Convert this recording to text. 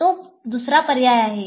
तो दुसरा पर्याय आहे